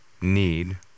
need